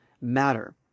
matter